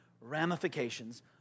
ramifications